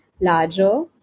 larger